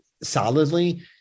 solidly